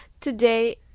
today